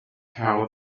how